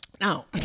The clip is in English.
Now